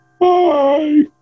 bye